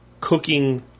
cooking